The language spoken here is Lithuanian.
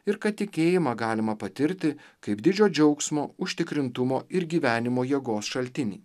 ir kad tikėjimą galima patirti kaip didžio džiaugsmo užtikrintumo ir gyvenimo jėgos šaltinį